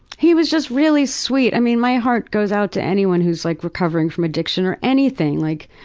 he was just really sweet. i mean, my heart goes out to anyone who's like recovering from addiction or anything. like,